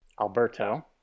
Alberto